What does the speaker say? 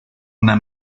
una